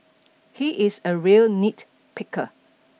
he is a real nitpicker